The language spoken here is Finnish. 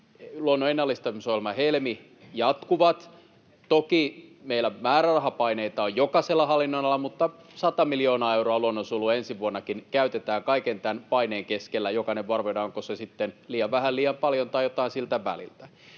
luonnon ennallistamisohjelma Helmi jatkuvat. Toki meillä määrärahapaineita on jokaisella hallinnonalalla, mutta 100 miljoonaa euroa luonnonsuojeluun ensi vuonnakin käytetään kaiken tämän paineen keskellä. Jokainen voi arvioida, onko se sitten liian vähän, liian paljon tai jotain siltä väliltä.